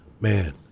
man